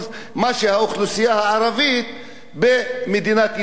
מה שהאוכלוסייה הערבית במדינת ישראל.